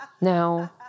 Now